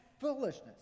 foolishness